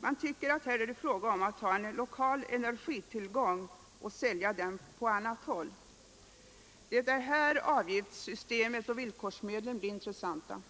Man tycker att det är fråga om att ta en lokal energitillgång och sälja den på annat håll. Det är här avgiftssystemet och villkorsmedlen blir intressanta.